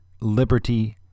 liberty